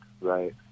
right